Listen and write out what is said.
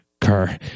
car